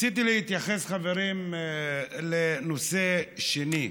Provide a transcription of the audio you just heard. רציתי להתייחס, חברים, לנושא שני,